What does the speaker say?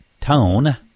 Tone